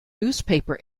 newspaper